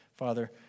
Father